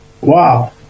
Wow